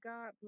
God